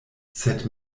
sed